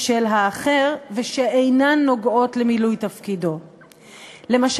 למה